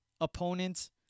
opponents